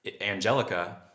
Angelica